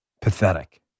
Pathetic